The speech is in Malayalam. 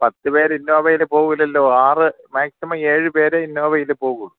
പത്ത് പേര് ഇന്നോവയിൽ പോവില്ലല്ലോ ആറ് മേക്സിമം ഏഴ് പേരെ ഇന്നോവയിൽ പോകൂ